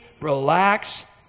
relax